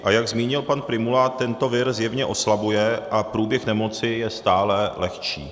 A jak zmínil pan Prymula, tento vir zjevně oslabuje a průběh nemoci je stále lehčí.